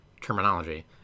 terminology